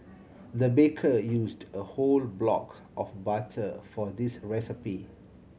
the baker used a whole block of butter for this recipe